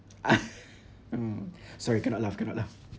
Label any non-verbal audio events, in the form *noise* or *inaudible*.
*noise* sorry cannot laugh cannot laugh